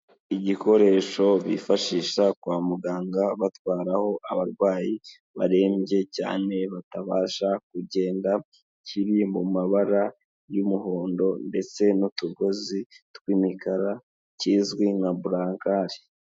Igikoresho bifashisha kwa muganga batwaraho abarwayi, barembye cyane batabasha kugenda, kiri mu mabara y'umuhondo ndetse n'utugozi tw'imikara, kizwi nka bulakare.